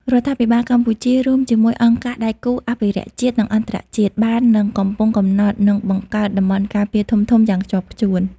រដ្ឋាភិបាលកម្ពុជា រួមជាមួយអង្គការដៃគូអភិរក្សជាតិ និងអន្តរជាតិ បាននិងកំពុងកំណត់ និង បង្កើតតំបន់ការពារធំៗ យ៉ាងខ្ជាប់ខ្ជួន។